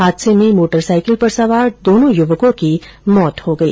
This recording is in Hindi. हादसे में मोटरसाईकिल पर सवार दोनो युवकों की मौत हो गई